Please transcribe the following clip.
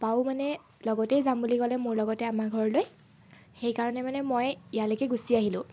আপাও মানে লগতে যাম বুলি ক'লে মোৰ লগতে আমাৰ ঘৰলৈ সেইকাৰণে মানে মই ইয়ালৈকে গুচি আহিলোঁ